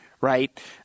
right